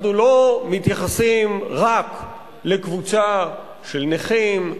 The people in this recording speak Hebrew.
אנחנו לא מתייחסים רק לקבוצה של נכים,